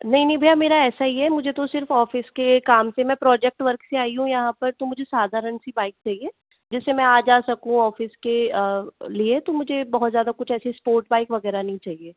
नहीं नहीं भैया मेरा ऐसा ही है मुझे तो सिर्फ ऑफिस के काम से मैं प्रोजेक्ट वर्क से आई हूँ यहाँ पर तो मुझे साधारण सी बाइक चाहिए जिससे मैं आ जा सकूँ ऑफिस के लिए तो मुझे बहुत ज़्यादा कुछ ऐसी स्पोर्ट बाइक वगैरह नहीं चाहिए